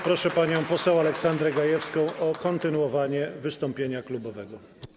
Proszę panią poseł Aleksandrę Gajewską o kontynuowanie wystąpienia klubowego.